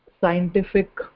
scientific